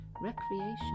recreation